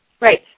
Right